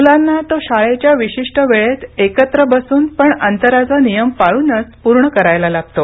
मुलांना तो शाळेच्या विशिष्ट वेळेत एकत्र बसून पण अंतराचा नियम पाळूनच पूर्ण करायला लागतो